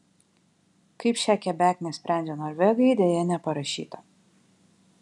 kaip šią kebeknę sprendžia norvegai deja neparašyta